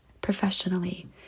professionally